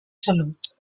salut